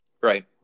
Right